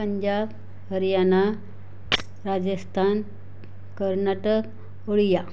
Punjab Haryana Rajasthan Karnataka ओळिया